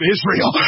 Israel